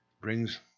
Brings